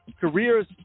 Careers